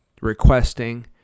requesting